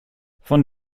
von